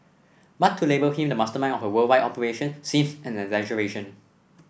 but to label him the mastermind of a worldwide operation seems an exaggeration